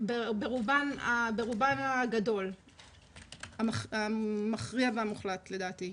ברובן הגדול המכריע והמוחלט לדעתי.